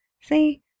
See